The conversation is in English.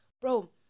Bro